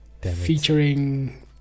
featuring